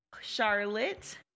Charlotte